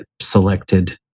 selected